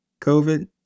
COVID